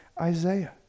Isaiah